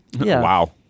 Wow